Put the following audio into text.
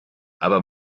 aber